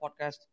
podcast